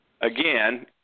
Again